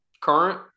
Current